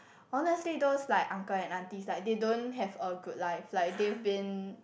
honestly those like uncle and aunties like they don't have a good life like they've been